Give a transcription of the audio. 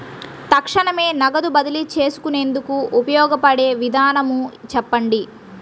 తక్షణమే నగదు బదిలీ చేసుకునేందుకు ఉపయోగపడే విధానము చెప్పండి?